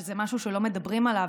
שזה משהו שלא מדברים עליו,